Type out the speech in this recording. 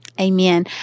Amen